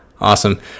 Awesome